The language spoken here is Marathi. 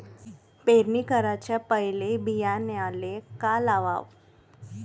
पेरणी कराच्या पयले बियान्याले का लावाव?